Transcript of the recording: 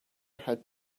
had